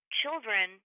children